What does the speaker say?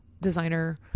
designer